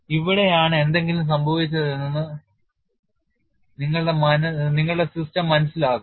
ഇവിടെയാണ് എന്തെങ്കിലും സംഭവിച്ചതെന്ന് നിങ്ങളുടെ സിസ്റ്റം മനസ്സിലാക്കുന്നു